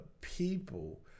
people